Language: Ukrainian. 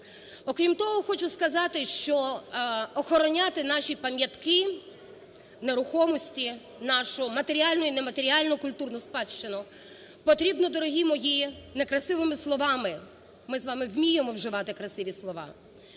Окрім того, хочу сказати, що охороняти наші пам'ятки нерухомості, нашу матеріальну і нематеріальну культурну спадщину потрібно, дорогі мої, некрасивими словами, ми з вами вміємо вживати красиві слова,